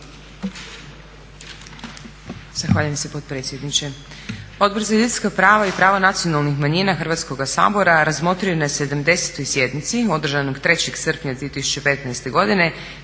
Zahvaljujem se potpredsjedniče.